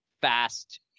fast